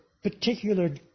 particular